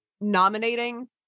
nominating